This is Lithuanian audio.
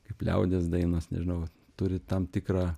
kaip liaudies dainos nežinau turi tam tikrą